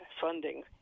funding